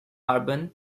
urban